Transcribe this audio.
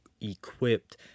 equipped